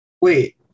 Wait